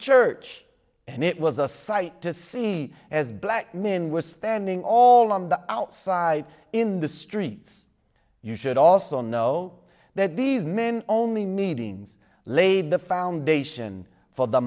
church and it was a sight to see as black men were standing all on the outside in the streets you should also know that these men only meetings laid the foundation for the